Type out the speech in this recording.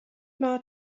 mae